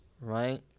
Right